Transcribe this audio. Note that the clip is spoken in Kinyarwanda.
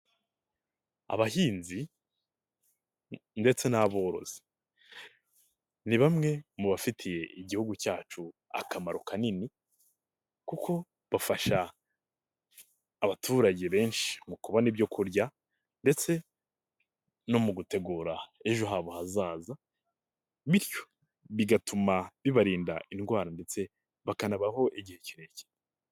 Abahinzi ndetse n'aborozi ni bamwe mu bafitiye igihugu cyacu akamaro kanini kuko bafasha abaturage benshi mu kubona ibyo kurya ndetse no mu gutegura ejo habo hazaza, bityo bigatuma bibarinda indwara ndetse bakanabaho igihe kirekire.